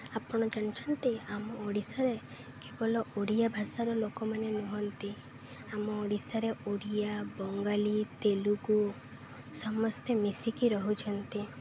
ଆପଣ ଜାଣିଛନ୍ତି ଆମ ଓଡ଼ିଶାରେ କେବଳ ଓଡ଼ିଆ ଭାଷାର ଲୋକମାନେ ନୁହନ୍ତି ଆମ ଓଡ଼ିଶାରେ ଓଡ଼ିଆ ବଙ୍ଗାଳୀ ତେଲୁଗୁ ସମସ୍ତେ ମିଶିକି ରହୁଛନ୍ତି